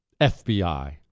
FBI